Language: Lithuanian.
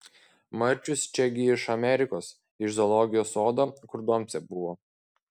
marčius čia gi iš amerikos iš zoologijos sodo kur doncė buvo